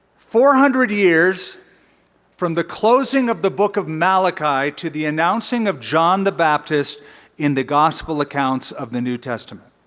four hundred years from the closing of the book of malachi to the announcing of john the baptist in the gospel accounts of the new testament.